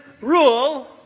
rule